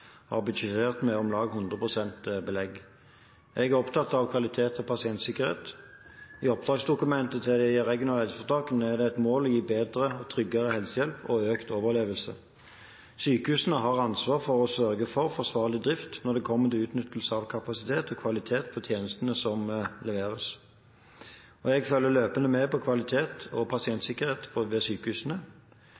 har budsjettert med om lag 100 pst. belegg. Jeg er opptatt av kvalitet og pasientsikkerhet. I oppdragsdokumentet til de regionale helseforetakene er det et mål å gi bedre, tryggere helsehjelp og økt overlevelse. Sykehusene har ansvar for å sørge for forsvarlig drift når det kommer til utnyttelse av kapasitet og kvalitet på tjenestene som leveres. Jeg følger løpende med på kvalitet og pasientsikkerhet ved sykehusene.